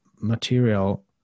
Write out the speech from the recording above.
material